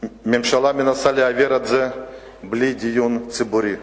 הממשלה מנסה להעביר את זה בלי דיון ציבורי.